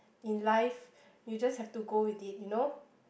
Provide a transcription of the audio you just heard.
in life you just have to go with it you know